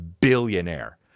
billionaire